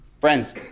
Friends